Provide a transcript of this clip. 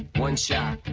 one shot.